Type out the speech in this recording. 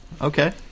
okay